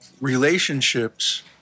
relationships